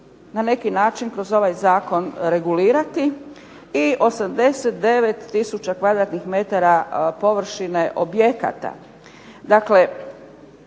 na neki način kroz ovaj zakon regulirati i 89 tisuća kvadratnih metara